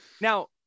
Now